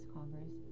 Congress